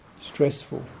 stressful